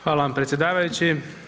Hvala vam predsjedavajući.